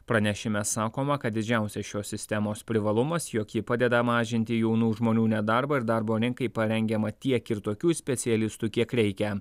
pranešime sakoma kad didžiausias šios sistemos privalumas jog ji padeda mažinti jaunų žmonių nedarbą ir darbo rinkai parengiama tiek ir tokių specialistų kiek reikia